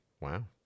Wow